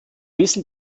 wissen